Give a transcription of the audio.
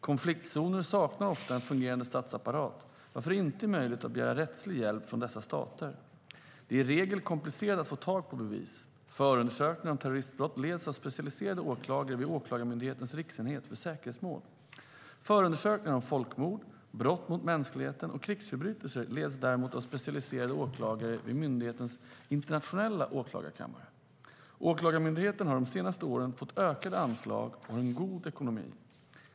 Konfliktzoner saknar ofta en fungerande statsapparat, varför det inte är möjligt att begära rättslig hjälp från dessa stater. Det är i regel komplicerat att få tag på bevis. Förundersökningar om terroristbrott leds av specialiserade åklagare vid Åklagarmyndighetens riksenhet för säkerhetsmål. Förundersökningar om folkmord, brott mot mänskligheten och krigsförbrytelser leds däremot av specialiserade åklagare vid myndighetens internationella åklagarkammare. Åklagarmyndigheten har de senaste åren fått ökade anslag och en god ekonomi.